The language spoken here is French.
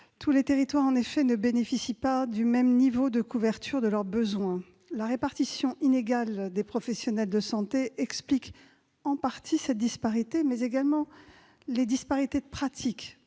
tous les territoires ne bénéficient pas du même niveau de couverture de leurs besoins. La répartition inégale des professionnels de santé explique en partie cette différence. Les disparités pratiques